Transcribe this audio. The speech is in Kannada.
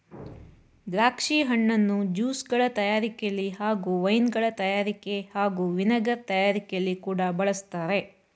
ದ್ರಾಕ್ಷಿ ಹಣ್ಣನ್ನು ಜ್ಯೂಸ್ಗಳ ತಯಾರಿಕೆಲಿ ಹಾಗೂ ವೈನ್ಗಳ ತಯಾರಿಕೆ ಹಾಗೂ ವಿನೆಗರ್ ತಯಾರಿಕೆಲಿ ಕೂಡ ಬಳಸ್ತಾರೆ